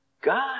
God